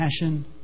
passion